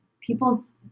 people's